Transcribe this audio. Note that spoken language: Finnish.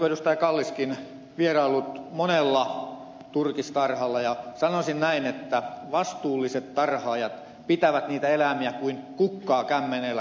kalliskin vieraillut monella turkistarhalla ja sanoisin näin että vastuulliset tarhaajat pitävät niitä eläimiä kuin kukkaa kämmenellä